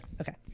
Okay